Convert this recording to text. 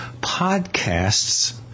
podcasts